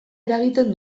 eragiten